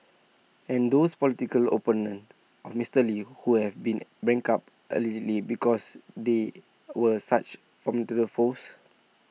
and those political opponents of Mister lee who have been bankrupted allegedly because they were such foes